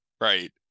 Right